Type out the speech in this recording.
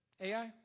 Ai